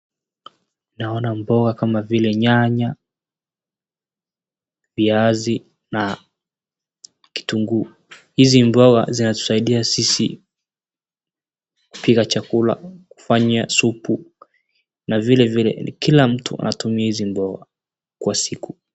Naona mboga kama vile nyanya, viazi na kitunguu. Hizi mboga zinatusaidia sisi kupika chakula, kufanya supu na vilevile, kila mtu atumie hizi mboga kwa siku.